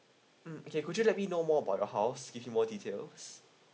mm okay could you let me know more about the house give me more details